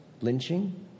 lynching